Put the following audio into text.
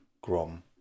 grom